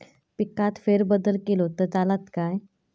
पिकात फेरबदल केलो तर चालत काय?